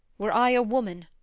were i a woman,